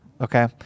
okay